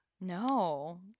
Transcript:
No